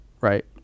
Right